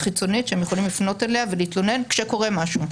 חיצונית שהם יכולים לפנות אליה ולהתלונן כשקורה משהו.